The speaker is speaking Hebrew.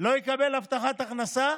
אם הוא לא יקבל הבטחת הכנסה,